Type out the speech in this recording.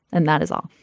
and that is all.